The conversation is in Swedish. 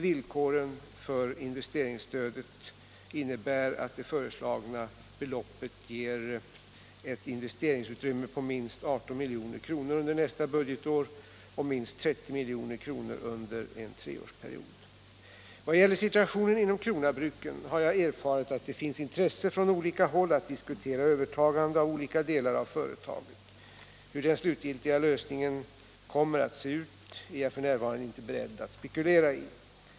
Villkoren för investeringsstödet innebär att det föreslagna beloppet ger ett investeringsutrymme på minst 18 milj.kr. under nästa budgetår och minst 30 milj.kr. under en treårsperiod. Vad gäller situationen inom Krona-Bruken har jag erfarit att det finns intresse från olika håll att diskutera övertagande av olika delar av företaget. Hur den slutgiltiga lösningen kommer att se ut är jag f. n. inte beredd att spekulera över.